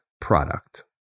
product